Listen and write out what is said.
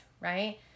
right